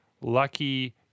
lucky